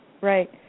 right